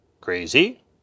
Crazy